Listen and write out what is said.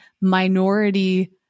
minority